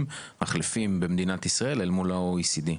ומחלפים במדינת ישראל אל מול ה-OECD?